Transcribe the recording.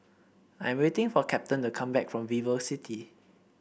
I'm waiting for Captain to come back from VivoCity